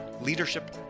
leadership